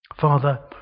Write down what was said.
Father